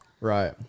Right